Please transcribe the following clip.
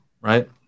right